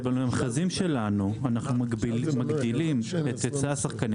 שבמכרזים שלנו אנו מגדילים את היצע השחקנים